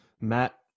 Matt